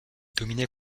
dominait